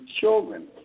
children